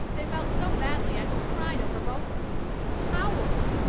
they felt so badly i just cried over both of them howled.